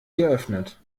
geöffnet